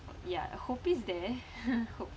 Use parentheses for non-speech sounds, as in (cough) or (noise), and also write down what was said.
ya hope is there (laughs) hope